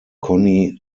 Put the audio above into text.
conny